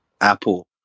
Apple